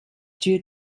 due